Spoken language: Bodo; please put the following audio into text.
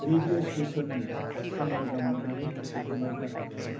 रेडिअ स्टेसननि आं मोजां मोननाय प्रग्रामा जाहैबाय